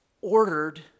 ordered